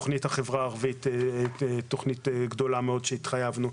תכנית לחברה הערבית שהיא תכנית גדולה מאוד שהתחייבנו.